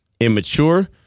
immature